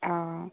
অঁ